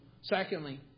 Secondly